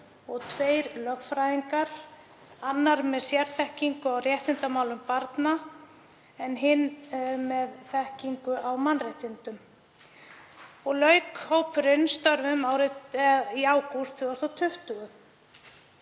og tveir lögfræðingar, annar með sérþekkingu á réttindamálum barna en hinn með þekkingu á mannréttindum. Lauk hópurinn störfum í ágúst 2020